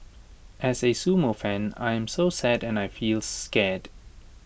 as A sumo fan I am so sad and also feel scared